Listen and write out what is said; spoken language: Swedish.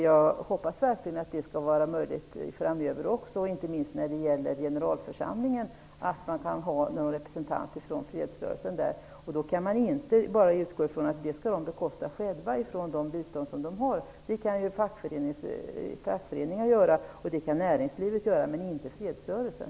Jag hoppas verkligen att det skall vara möjligt framöver också, inte minst när det gäller generalförsamlingen. Där kan man ha någon representant från fredsrörelsen. Då kan man inte bara utgå från att de skall bekosta detta själva från de bistånd som de har. Det kan fackföreningar och näringslivet göra men inte fredsrörelsen.